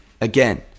Again